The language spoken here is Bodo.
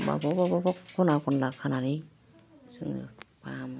माबाबा मोबावबा ख'ना खनला खानानै जोङो फाहामो